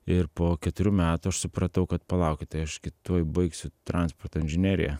ir po keturių metų aš supratau kad palaukit tai aš tuoj baigsiu transporto inžineriją